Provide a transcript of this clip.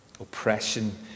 oppression